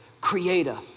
Creator